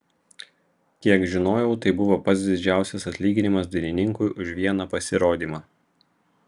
kiek žinojau tai buvo pats didžiausias atlyginimas dainininkui už vieną pasirodymą